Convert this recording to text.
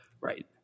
Right